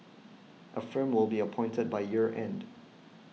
a firm will be appointed by year end